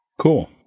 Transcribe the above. Cool